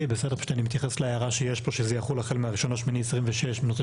חסרה לי ההצהרה שעל אף האמור בחקיקה.